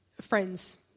friends